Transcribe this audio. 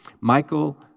Michael